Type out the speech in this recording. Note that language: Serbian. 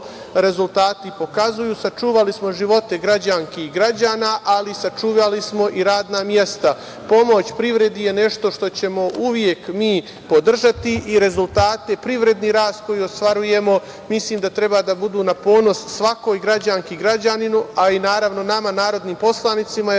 rezultati pokazuju. Sačuvali smo živote građanki i građana, ali sačuvali smo i radna mesta. Pomoć privredi je nešto što ćemo uvek mi podržati i rezultate i privredni rast koji ostvarujemo mislim da treba da budu na ponos svakoj građanki i građaninu, a i naravno nama narodnim poslanicima jer